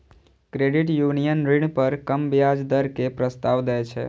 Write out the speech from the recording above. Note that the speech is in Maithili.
क्रेडिट यूनियन ऋण पर कम ब्याज दर के प्रस्ताव दै छै